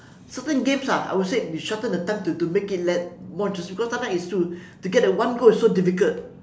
certain games ah I would say you shorten the time to to make it less more interesting cause sometimes is to to get that one goal is so difficult